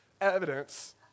evidence